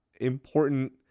important